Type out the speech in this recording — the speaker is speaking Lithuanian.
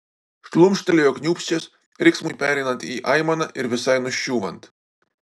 šlumštelėjo kniūbsčias riksmui pereinant į aimaną ir visai nuščiūvant